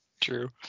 true